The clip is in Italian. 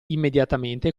immediatamente